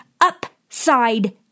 upside